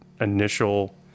initial